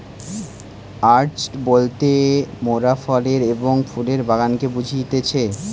orchard বলতে মোরাফলের এবং ফুলের বাগানকে বুঝতেছি